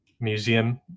museum